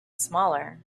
smaller